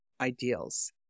ideals